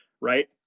right